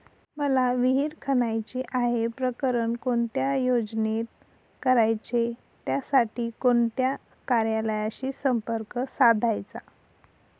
मला विहिर खणायची आहे, प्रकरण कोणत्या योजनेत करायचे त्यासाठी कोणत्या कार्यालयाशी संपर्क साधायचा?